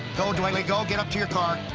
go, duane lee. go, get up to your car.